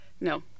No